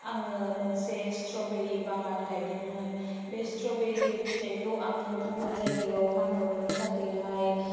आङो मोनसे स्ट्रबेरि बागान गायदोंमोन बे स्ट्रबेरि फिथाइखौ आङो गुबुन जायगायाव फानहरनो थाखैहाय